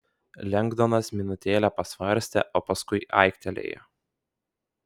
lengdonas minutėlę pasvarstė o paskui aiktelėjo